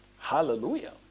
Hallelujah